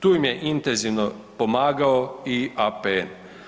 Tu im je intenzivno pomagao i APN.